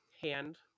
hand